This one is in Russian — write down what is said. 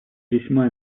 весьма